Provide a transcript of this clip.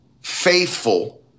faithful